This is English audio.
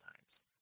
times